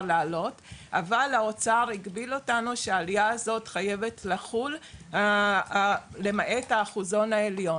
לעלות אבל האוצר מגביל אותנו שעליה הזאת חייבת לחול למעט העשירון העליון.